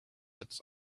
its